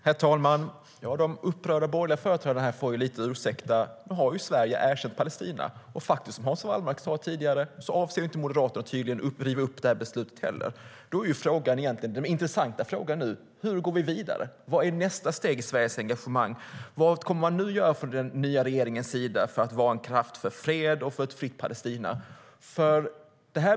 Herr talman! De upprörda borgerliga företrädarna här får ursäkta lite. Nu har ju Sverige erkänt Palestina, och som Hans Wallmark sade tidigare avser tydligen inte Moderaterna att riva upp beslutet. Då är den intressanta frågan nu: Hur går vi vidare? Vad är nästa steg i Sveriges engagemang? Vad kommer man nu att göra från den nya regeringens sida för att vara en kraft för fred och för ett fritt Palestina?